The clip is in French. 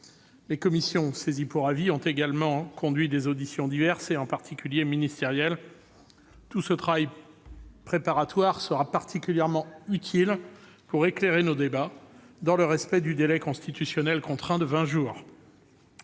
Les commissions saisies pour avis ont également conduit des auditions diverses, en particulier ministérielles. Tout ce travail préparatoire sera particulièrement utile pour éclairer nos débats, dans le respect du délai constitutionnel contraint de vingt jours.